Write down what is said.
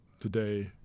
today